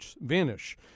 vanish